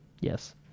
Yes